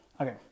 Okay